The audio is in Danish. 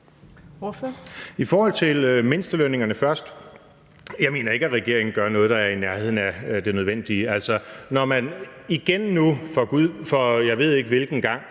i forhold til mindstelønningerne: Jeg mener ikke, at regeringen gør noget, der er i nærheden af det nødvendige. Når man igen nu, for jeg ved ikke hvilken gang,